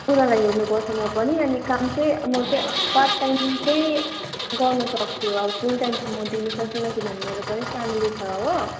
उनीहरूलाई हेर्नुपर्छ म पनि अनि काम चाहिँ म चाहिँ पार्ट टाइम चाहिँ गर्नुसक्छु अब फुल टाइम त म दिनु सक्दिनँ किनभने मेरो पनि फ्यामिली छ हो